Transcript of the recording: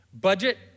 budget